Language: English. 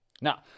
Now